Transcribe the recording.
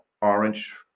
orange